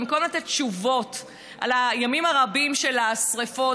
במקום לתת תשובות על הימים הרבים של השרפות